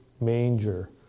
manger